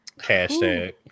Hashtag